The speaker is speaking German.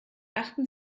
achten